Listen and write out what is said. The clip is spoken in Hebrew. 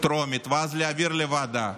טרומית ואז להעביר לוועדה